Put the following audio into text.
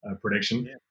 prediction